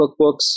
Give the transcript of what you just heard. cookbooks